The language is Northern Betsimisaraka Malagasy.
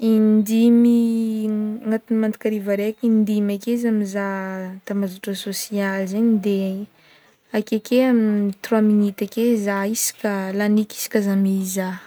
Indimy man- agnatika ariva araiky indimy akeo zah mizaha tambazotra sosialy zegny de akekeo amny trois minita akeo zah isaka lagny ake isaka zah mizaha.